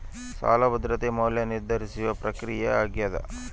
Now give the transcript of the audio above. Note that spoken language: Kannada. ಸಾಲ ಭದ್ರತೆಯ ಮೌಲ್ಯ ನಿರ್ಧರಿಸುವ ಪ್ರಕ್ರಿಯೆ ಆಗ್ಯಾದ